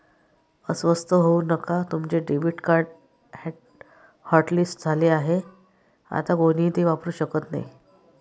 अस्वस्थ होऊ नका तुमचे डेबिट कार्ड हॉटलिस्ट झाले आहे आता कोणीही ते वापरू शकत नाही